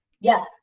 Yes